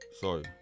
sorry